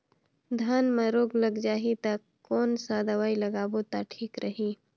धान म रोग लग जाही ता कोन सा दवाई लगाबो ता ठीक रही?